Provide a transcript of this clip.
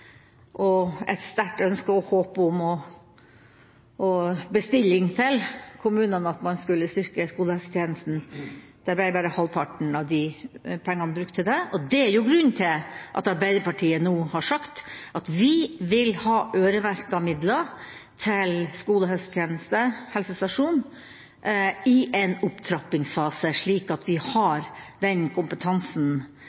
og et sterkt ønske og håp og en bestilling til kommunene om at de skulle styrke skolehelsetjenesten, ble bare halvparten av pengene brukt til det. Det er grunnen til at Arbeiderpartiet nå har sagt at vi vil ha øremerkede midler til skolehelsetjeneste og helsestasjoner i en opptrappingsfase, slik at de har den kompetansen og den kvaliteten som vi